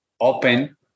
open